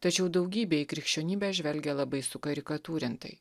tačiau daugybė į krikščionybę žvelgia labai sukarikatūrintai